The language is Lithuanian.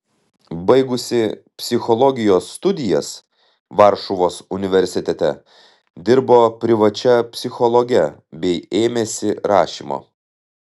baigusi psichologijos studijas varšuvos universitete dirbo privačia psichologe bei ėmėsi rašymo